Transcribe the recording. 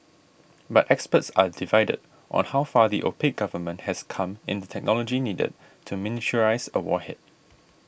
but experts are divided on how far the opaque government has come in the technology needed to miniaturise a warhead